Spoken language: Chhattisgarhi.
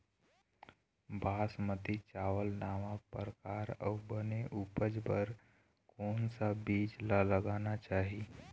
बासमती चावल नावा परकार अऊ बने उपज बर कोन सा बीज ला लगाना चाही?